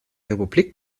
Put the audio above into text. republik